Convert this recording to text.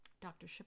Dr